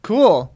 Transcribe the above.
Cool